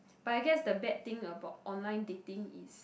but I guess the bad thing about online dating is